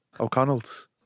O'Connell's